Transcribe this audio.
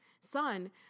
Son